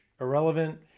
irrelevant